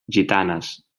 gitanes